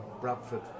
Bradford